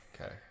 Okay